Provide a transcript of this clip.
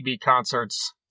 Concerts